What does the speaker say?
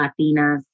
Latinas